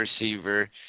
receiver